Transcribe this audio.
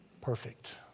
Perfect